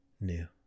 new